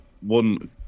one